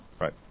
Right